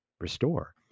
restore